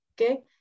okay